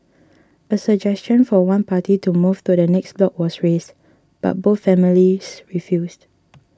a suggestion for one party to move to the next block was raised but both families refused